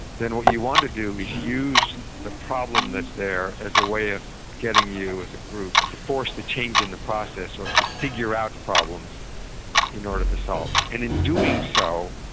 then what you want to do is use the problem that's there as a way of getting you as a group to force the change in the process or to figure out the problems in order to solve it. and in doing so,